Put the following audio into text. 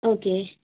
okay